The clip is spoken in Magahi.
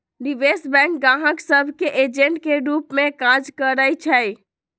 निवेश बैंक गाहक सभ के एजेंट के रूप में काज करइ छै